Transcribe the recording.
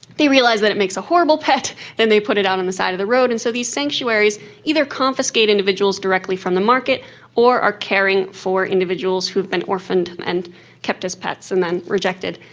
they realise that it makes a horrible pet, then they put it out on the side of the road, and so these sanctuaries either confiscate individuals directly from the market or are caring for individuals who have been orphaned and kept as pets and then rejected.